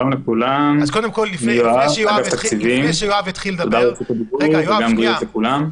תודה על זכות הדיבור ובריאות לכולם.